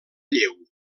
lleu